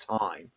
time